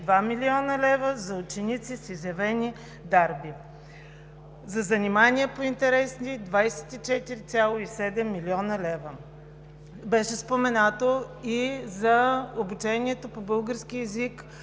за ученици с изявени дарби, за занимания по интереси – 24,7 млн. лв. Беше споменато и за обучението по български език